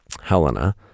Helena